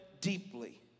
deeply